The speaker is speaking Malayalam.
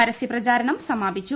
പരസ്യ പ്രചാരണം സമാപിച്ചു